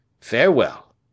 Farewell